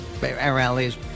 rallies